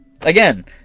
again